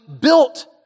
built